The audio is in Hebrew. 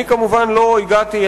כמובן לא הגעתי,